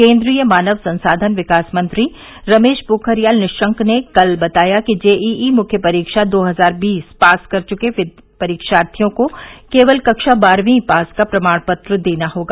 केंद्रीय मानव संसाधन विकास मंत्री रमेश पोखरियाल निशंक ने कल बताया कि जे ई ई मुख्य परीक्षा दो हजार बीस पास कर चुके परीक्षार्थियों को केवल कक्षा बारहवीं पास का प्रमाण पत्र देना होगा